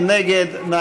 מי נגד?